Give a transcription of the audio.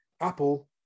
Apple